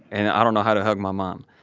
and i don't know how to hug my mom.